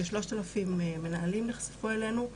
כ-3,000 מנהלים נחשפו אלינו.